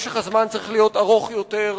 משך הזמן צריך להיות ארוך יותר,